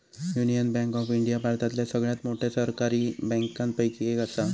union bank of India भारतातल्या सगळ्यात मोठ्या सरकारी बँकांपैकी एक असा